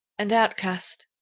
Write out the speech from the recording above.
and out-cast.